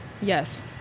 Yes